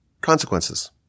consequences